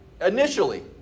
initially